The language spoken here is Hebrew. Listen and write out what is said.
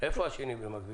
איפה השני במקביל?